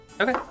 Okay